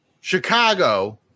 Chicago